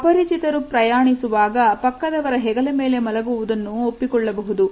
ಅಪರಿಚಿತರು ಪ್ರಯಾಣಿಸುವಾಗ ಪಕ್ಕದವರ ಹೆಗಲಮೇಲೆ ಮಲಗುವುದನ್ನು ಒಪ್ಪಿಕೊಳ್ಳಬಹುದು